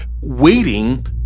waiting